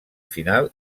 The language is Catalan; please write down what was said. final